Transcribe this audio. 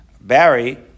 Barry